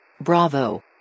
Bravo